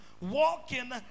walking